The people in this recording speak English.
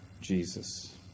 Jesus